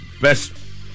best